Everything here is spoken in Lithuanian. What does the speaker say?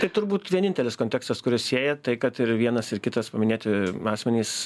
tai turbūt vienintelis kontekstas kuris sieja tai kad ir vienas ir kitas paminėti asmenys